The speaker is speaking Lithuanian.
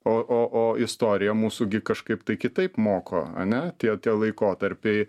o o o istorija mūsų gi kažkaip tai kitaip moko ane tie tie laikotarpiai